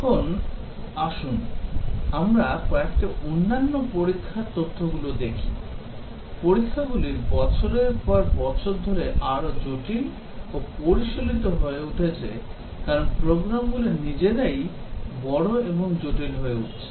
এখন আসুন আমরা কয়েকটি অন্যান্য পরীক্ষার তথ্যগুলি দেখি পরীক্ষাগুলি বছরের পর বছর ধরে আরও জটিল ও পরিশীলিত হয়ে উঠেছে কারণ প্রোগ্রামগুলি নিজেরাই বড় এবং জটিল হয়ে উঠছে